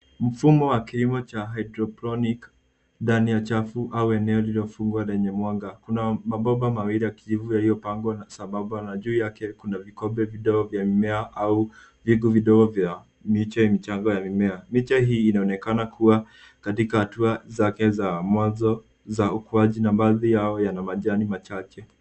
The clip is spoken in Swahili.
Mfumo wa kilimo cha hydroponic ndani ya chafu au eneo lililofungwa au lenye mwanga. Kuna mabomba mawili ya kijivu yaliyopangwa sabamba na juu yake kuna vikombe vidogo vya mimea au vyungu vidogo vya miche michanga ya mimea. Miche hii inaonekana kuwa katika hatua zake za mwanzo za ukuaji na baadhi yao yana majani machache.